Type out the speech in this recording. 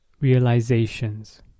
realizations